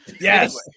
Yes